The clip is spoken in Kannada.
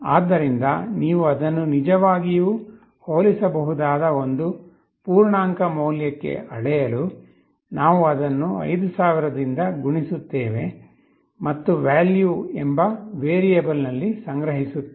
ಆದ್ದರಿಂದ ನೀವು ಅದನ್ನು ನಿಜವಾಗಿಯೂ ಹೋಲಿಸಬಹುದಾದ ಒಂದು ಪೂರ್ಣಾಂಕ ಮೌಲ್ಯಕ್ಕೆ ಅಳೆಯಲು ನಾವು ಅದನ್ನು 5000 ರಿಂದ ಗುಣಿಸುತ್ತೇವೆ ಮತ್ತು "value" ಎಂಬ ವೇರಿಯೇಬಲ್ ನಲ್ಲಿ ಸಂಗ್ರಹಿಸುತ್ತೇವೆ